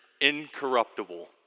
incorruptible